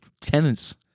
tenants